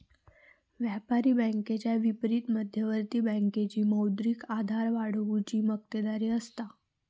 व्यापारी बँकेच्या विपरीत मध्यवर्ती बँकेची मौद्रिक आधार वाढवुची मक्तेदारी असता